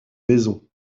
maison